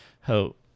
hope